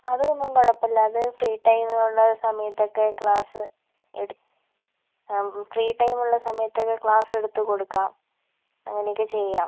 അത് ഒന്നും കുഴപ്പമില്ല അത് ഫ്രീ ടൈം ഉള്ള സമയത്തൊക്കെ ക്ലാസ് എട് ഫ്രീ ടൈം ഉള്ള സമയത്തൊക്കെ ക്ലാസ് എടുത്ത് കൊടുക്കാം അങ്ങനെയൊക്കെ ചെയ്യാം